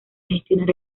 gestionar